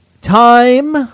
time